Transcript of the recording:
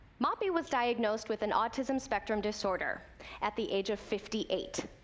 moppy was diagnosed with an autism spectrum disorder at the age of fifty eight.